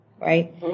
right